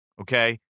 okay